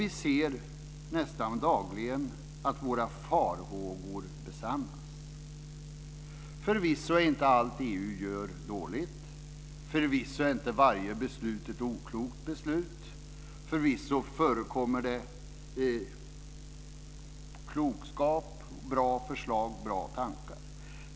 Vi ser nästan dagligen att våra farhågor besannas. Förvisso är inte allt EU gör dåligt. Förvisso är inte varje beslut ett oklokt beslut. Förvisso förekommer det klokskap, bra förslag och bra tankar.